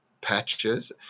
patches